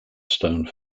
stone